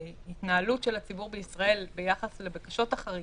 וההתנהלות של הציבור בישראל ביחס לבקשות החריגים,